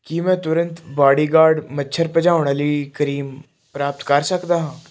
ਕੀ ਮੈਂ ਤੁਰੰਤ ਬਾਡੀਗਾਰਡ ਮੱਛਰ ਭਜਾਉਣ ਵਾਲੀ ਕਰੀਮ ਪ੍ਰਾਪਤ ਕਰ ਸਕਦਾ ਹਾਂ